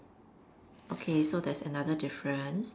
okay so there's another difference